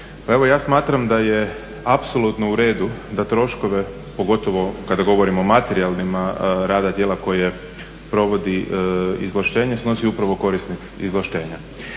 Pa evo ja smatram da je apsolutno u redu da troškove pogotovo kada govorimo o materijalnim rada tijela koje provodi izvlaštenje snosi upravo korisnik izvlaštenja.